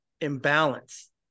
imbalance